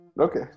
Okay